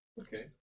Okay